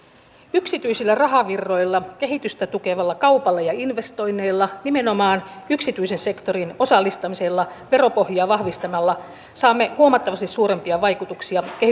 yksityisillä rahavirroilla kehitystä tukevalla kaupalla ja investoinneilla nimenomaan yksityisen sektorin osallistamisella veropohjaa vahvistamalla saamme huomattavasti suurempia vaikutuksia